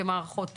כמערכות,